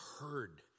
heard